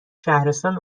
شهرستان